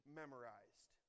memorized